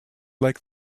like